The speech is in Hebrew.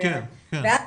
ואז